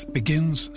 begins